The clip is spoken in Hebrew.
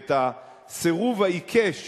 ואת הסירוב העיקש